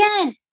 again